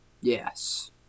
Yes